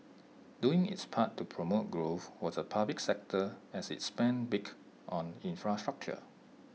doing its part to promote growth was A public sector as IT spent big on infrastructure